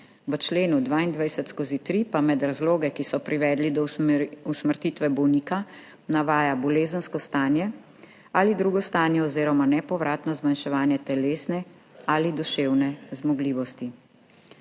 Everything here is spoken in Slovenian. V členu 22/3 pa med razloge, ki so privedli do usmrtitve bolnika, navaja bolezensko stanje ali drugo stanje oziroma nepovratno zmanjševanje telesne ali duševne zmogljivosti.«